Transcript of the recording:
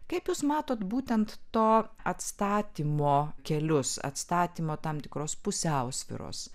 kaip jūs matot būtent to atstatymo kelius atstatymo tam tikros pusiausvyros